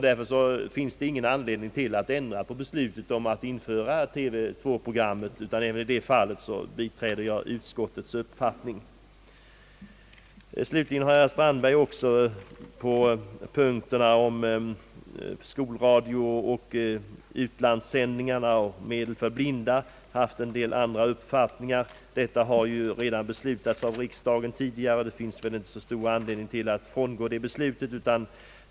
Därför finns ingen anledning att ändra Även på den punkten biträder jag alltså utskottets förslag. Herr Strandberg berörde också punkterna om skolradio, utlandssändningarna och om medel till fria licenser för blinda. Han hade här en annan uppfattning än den som utskottet har framfört. Beslut på dessa punkter har ju tidigare fattats av riksdagen, och det finns väl ingen större anledning att frångå dessa beslut.